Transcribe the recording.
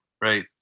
right